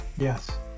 yes